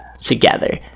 together